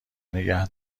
نگه